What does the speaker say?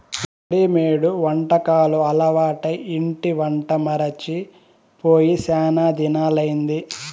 readymade వంటకాలు అలవాటై ఇంటి వంట మరచి పోయి శానా దినాలయ్యింది